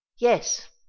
Yes